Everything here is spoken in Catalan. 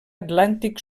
atlàntic